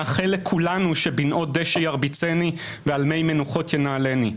מאחל לכולנו שבנאות דשא ירביצני ועל מי מנוחות ינהלני.